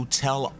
tell